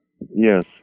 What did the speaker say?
Yes